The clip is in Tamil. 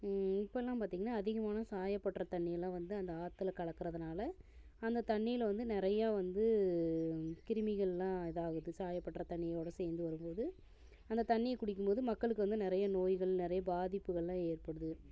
இப்போல்லாம் பார்த்திங்கனா அதிகமான சாயப்பட்டறை தண்ணியெல்லாம் வந்து அந்த ஆற்றுல கலக்கிறதுனால அந்த தண்ணியில் வந்து நிறையா வந்து கிருமிகள்லாம் இதாகுது சாயப்பட்டறை தண்ணியோடு சேர்ந்து வரும்போது அந்த தண்ணியை குடிக்கும்போது மக்களுக்கு வந்து நிறைய நோய்கள் நிறைய பாதிப்புகள்லாம் ஏற்படுது